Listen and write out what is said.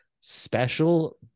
special